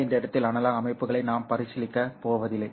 ஆனால் இந்த இடத்தில் அனலாக் அமைப்புகளை நாம் பரிசீலிக்கப் போவதில்லை